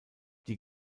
die